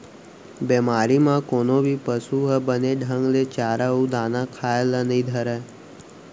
बेमारी म कोनो भी पसु ह बने ढंग ले चारा अउ दाना खाए ल नइ धरय